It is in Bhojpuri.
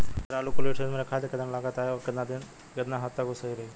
अगर आलू कोल्ड स्टोरेज में रखायल त कितना लागत आई अउर कितना हद तक उ सही रही?